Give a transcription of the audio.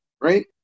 Right